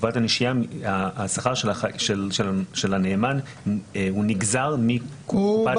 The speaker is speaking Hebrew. השכר של הנאמן נגזר מקופת הנשייה.